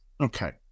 Okay